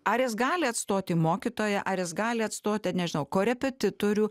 ar jis gali atstoti mokytoją ar jis gali atstoti nežinau korepetitorių